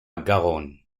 garonne